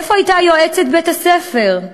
איפה הייתה יועצת בית-הספר,